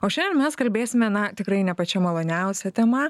o šiandien mes kalbėsime na tikrai ne pačia maloniausia tema